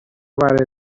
برای